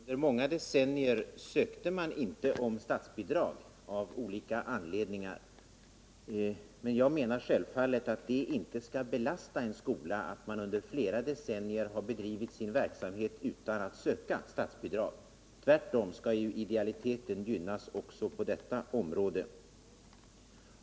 Herr talman! Jag är medveten om att Solviks folkhögskola har arbetat under utomordentligt lång tid. Under många decennier ansökte man inte om statsbidrag av olika anledningar. En skola skall självfallet inte belastas för att den under många decennier inte ansöker om statsbidrag, tvärtom. Idealiteten skall givetvis gynnas även på detta område.